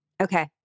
Okay